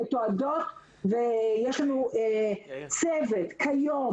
יש לנו כיום,